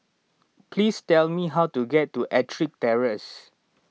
please tell me how to get to Ettrick Terrace